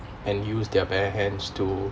and use their bare hands to